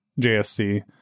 JSC